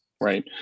Right